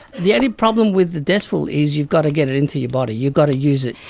the only problem with the desferal is you've got to get it into your body, you've got to use it.